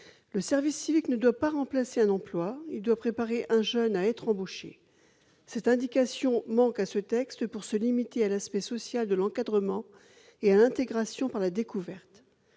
Le service civique ne doit pas remplacer un emploi, il doit préparer un jeune à être embauché. Cette indication manque à ce texte pour se limiter à l'aspect social de l'encadrement et à l'intégration par la découverte.